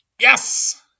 yes